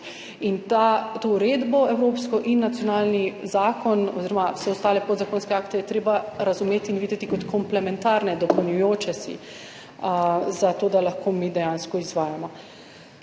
uredbo in nacionalni zakon oziroma vse ostale podzakonske akte je treba razumeti in videti kot komplementarne, dopolnjujoče, zato da jih lahko mi dejansko izvajamo.